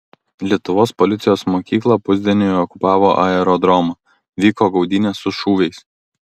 lietuvos policijos mokykla pusdieniui okupavo aerodromą vyko gaudynės su šūviais